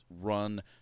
run